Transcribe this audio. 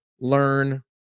learn